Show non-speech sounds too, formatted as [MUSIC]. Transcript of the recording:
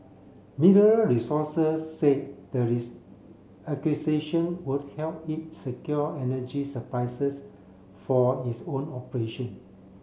Mineral Resources say their [UNINTELLIGIBLE] acquisition would help it secure energy [UNINTELLIGIBLE] for its own operation